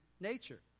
nature